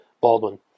Baldwin